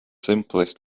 simplest